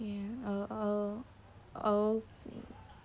hmm oh oh